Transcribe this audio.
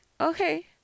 Okay